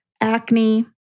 acne